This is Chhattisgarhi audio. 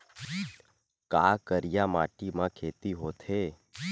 का करिया माटी म खेती होथे?